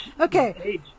Okay